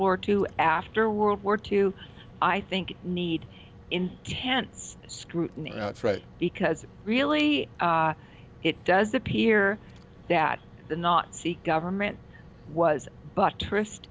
war two after world war two i think need in cannes the scrutiny because really it does appear that the nazi government was buttressed